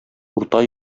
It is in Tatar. урта